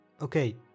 okay